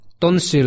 tonsil